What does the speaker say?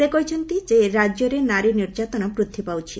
ସେ କହିଛନ୍ତି ଯେ ରାକ୍ୟରେ ନାରୀ ନିର୍ଯାତନା ବୃଦ୍ଧି ପାଉଛି